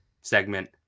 segment